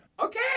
Okay